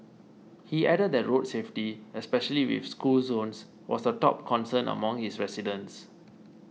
he added that road safety especially with school zones was the top concern among his residents